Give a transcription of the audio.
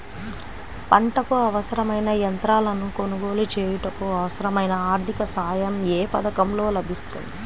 పంటకు అవసరమైన యంత్రాలను కొనగోలు చేయుటకు, అవసరమైన ఆర్థిక సాయం యే పథకంలో లభిస్తుంది?